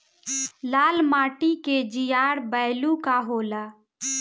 लाल माटी के जीआर बैलू का होला?